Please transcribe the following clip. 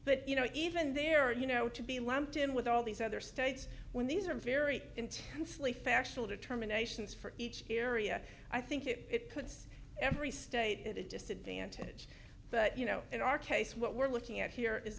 but you know even there you know to be lumped in with all these other states when these are very intensely factual determinations for each area i think it puts every state at a disadvantage but you know in our case what we're looking at here is